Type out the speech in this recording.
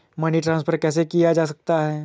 Money transfer कैसे किया जा सकता है?